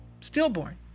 stillborn